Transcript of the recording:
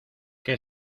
que